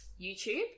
YouTube